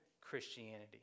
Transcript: Christianity